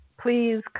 please